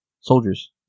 Soldiers